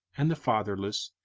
and the fatherless,